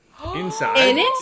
Inside